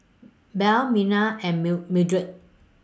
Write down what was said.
Belle Myrna and meal Mildred